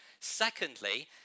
Secondly